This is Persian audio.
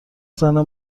زنه